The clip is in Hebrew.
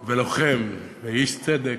ולוחם, ואיש צדק.